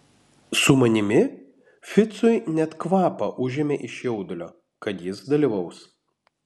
su manimi ficui net kvapą užėmė iš jaudulio kad jis dalyvaus